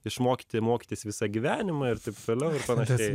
išmokyti mokytis visą gyvenimą ir taip toliau ir panašiai